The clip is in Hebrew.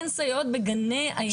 אין סייעות בגני הילדים.